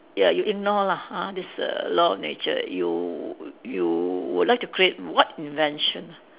ya you ignore lah ah this err law of nature you you would like to create what invention